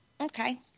Okay